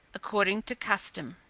according to custom.